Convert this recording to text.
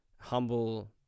humble